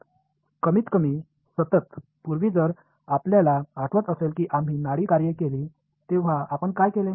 कमीतकमी सतत पूर्वी जर आपल्याला आठवत असेल की आम्ही नाडी कार्ये केली तेव्हा आपण काय केले